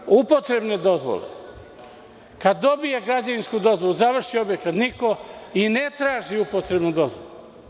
Što se tiče upotrebnih dozvola, kada dobije građevinsku dozvolu, završi objekat, niko i ne traži upotrebnu dozvolu.